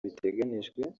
biteganyijwe